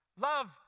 Love